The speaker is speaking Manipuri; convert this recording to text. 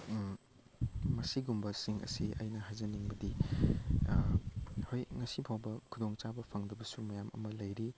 ꯃꯁꯤꯒꯨꯝꯕꯁꯤꯡ ꯑꯁꯤ ꯑꯩꯅ ꯍꯥꯏꯖꯅꯤꯡꯕꯗꯤ ꯍꯣꯏ ꯉꯁꯤ ꯐꯥꯎꯕ ꯈꯨꯗꯣꯡꯆꯥꯕ ꯐꯪꯗꯕꯁꯨ ꯃꯌꯥꯝ ꯑꯃ ꯂꯩꯔꯤ